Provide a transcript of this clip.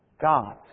God